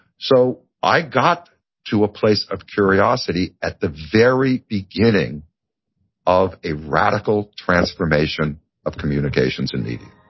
so i got to a place of curiosity at the very beginning of a radical transformation of communications and media.